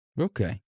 Okay